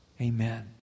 Amen